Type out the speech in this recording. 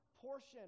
portion